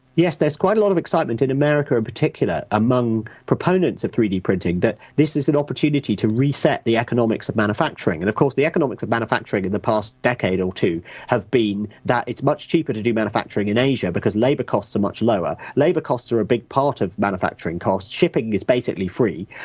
yes there's quite a lot of excitement in america in particular, among proponents of three d printing that this is an opportunity to re-set the economics of manufacturing, and of course the economics of manufacturing in the past decade or two have been that it's much cheaper to do manufacturing in asia, because labour costs are much lower. labour costs are a big part of manufacturing costs, shipping is basically free,